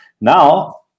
Now